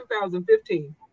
2015